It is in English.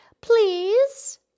please